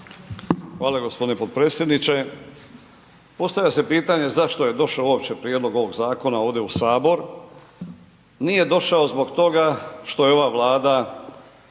Hvala gospodine potpredsjedniče. Postavlja se pitanje zašto je došao uopće prijedlog ovog zakona ovdje u sabor? Nije došao zbog toga što je ova Vlada